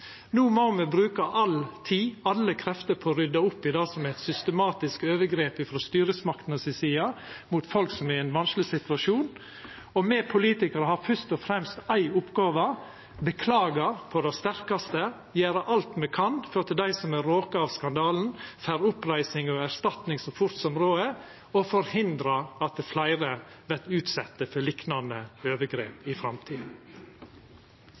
No må me bruka all tid og alle krefter på å rydda opp i det som er eit systematisk overgrep frå styresmaktene si side mot folk som er i ein vanskeleg situasjon. Me politikarar har først og fremst éi oppgåve: beklaga på det sterkaste, gjera alt me kan for at dei som er råka av skandalen, får oppreising og erstatning så fort som råd er, og forhindra at fleire vert utsette for liknande overgrep i framtida.